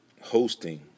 hosting